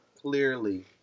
clearly